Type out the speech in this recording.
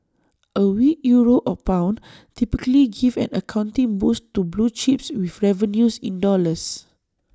A weak euro or pound typically give an accounting boost to blue chips with revenues in dollars